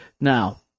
Now